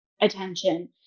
attention